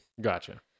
Gotcha